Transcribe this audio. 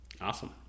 Awesome